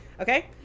Okay